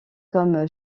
comme